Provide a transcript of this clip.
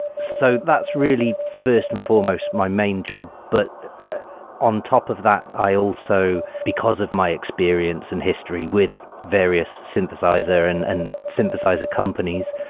so that's really first and foremost, my main job, but on top of that i also, because of my experience in history with various synthesizer and and synthesizer companies,